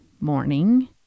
morning